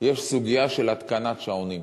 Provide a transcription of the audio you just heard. יש סוגיה של התקנת שעונים.